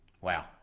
Wow